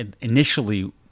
initially